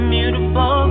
Beautiful